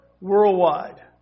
worldwide